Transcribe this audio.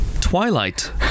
Twilight